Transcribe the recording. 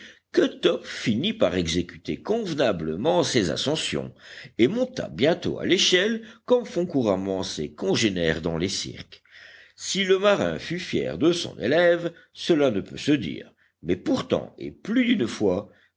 que top finit par exécuter convenablement ses ascensions et monta bientôt à l'échelle comme font couramment ses congénères dans les cirques si le marin fut fier de son élève cela ne peut se dire mais pourtant et plus d'une fois